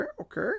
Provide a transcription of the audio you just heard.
okay